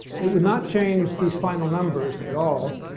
it would not change these final numbers at all.